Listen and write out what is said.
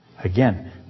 Again